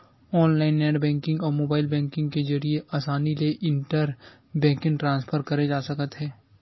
online net banking अउ mobile banking के जरिए असानी ले इंटर बेंकिंग ट्रांसफर करे जा सकत हे